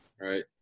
right